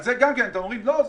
גם על זה אתם אומרים: לא,